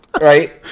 Right